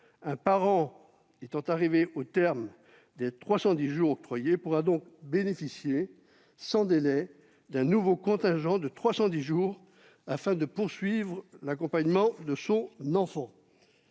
Un parent ayant épuisé les 310 jours octroyés pourra donc bénéficier sans délai d'un nouveau contingent de 310 jours, afin de poursuivre l'accompagnement de son enfant.